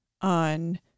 on